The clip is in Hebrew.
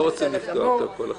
לא רוצים לפתוח את הכול.